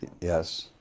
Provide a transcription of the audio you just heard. Yes